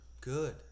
good